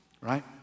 right